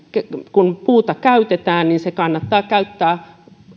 kun puuta käytetään niin se kannattaa käyttää